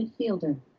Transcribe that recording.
midfielder